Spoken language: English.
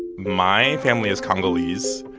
my family is congolese.